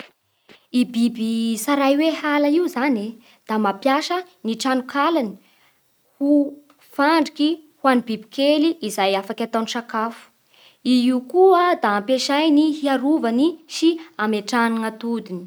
I biby tsaray hoe hala io zany da mampiasa ny tranonkalany ho fandriky ho an'ny biby kely izay afaka ataogny sakafo. i io koa da afaka ampiasaigny hiarovany sy hametrahagny gn atodiny.